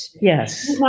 Yes